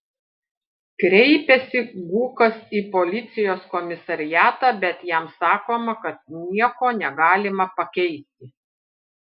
kreipiasi gūkas į policijos komisariatą bet jam sakoma kad nieko negalima pakeisti